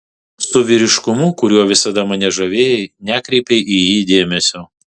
su vyriškumu kuriuo visada mane žavėjai nekreipei į jį dėmesio